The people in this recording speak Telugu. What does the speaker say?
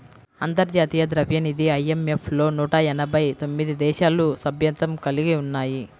అంతర్జాతీయ ద్రవ్యనిధి ఐ.ఎం.ఎఫ్ లో నూట ఎనభై తొమ్మిది దేశాలు సభ్యత్వం కలిగి ఉన్నాయి